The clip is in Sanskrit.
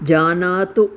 जानातु